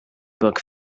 book